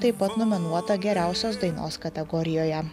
taip pat nominuota geriausios dainos kategorijoje